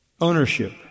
ownership